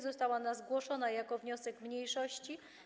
Została ona zgłoszona jako wniosek mniejszości.